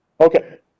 Okay